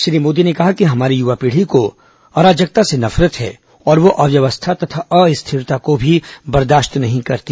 श्री मोदी ने कहा कि हमारी युवा पीढ़ी को अराजकता से नफरत है और वह अव्यवस्था तथा अस्थिरता को भी बर्दाश्त नहीं करती